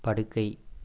படுக்கை